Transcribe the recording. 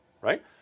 right